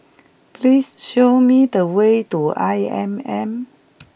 please show me the way to I M M